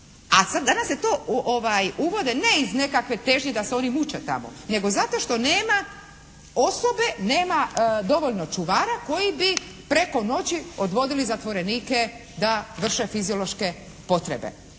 A danas se to uvode ne iz nekakve težnje da se oni muče tamo, nego zato što nema osobe, nema dovoljno čuvara koji bi preko noći odvodili zatvorenike da vrše fiziološke potrebe.